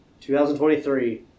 2023